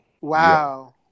Wow